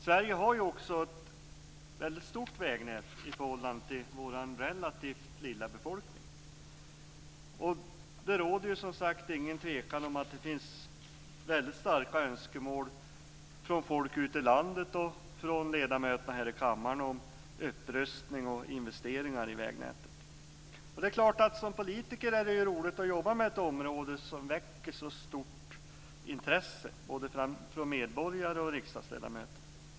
Sverige har ett väldigt stort vägnät i förhållande till vår relativt lilla befolkning. Det råder inte heller något tvivel om att det finns väldigt starka önskemål från folk ute i landet och från ledamöter här i kammaren om upprustning av och investeringar i vägnätet. Det är klart att man som politiker tycker att det är roligt att arbeta med ett område som väcker ett så stort intresse både bland medborgarna och bland riksdagsledamöterna.